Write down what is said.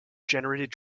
generated